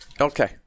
Okay